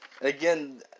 Again